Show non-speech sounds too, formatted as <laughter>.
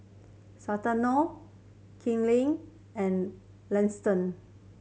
Santino Kinley and <unintelligible>